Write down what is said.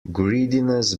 greediness